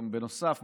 בנוסף,